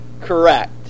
correct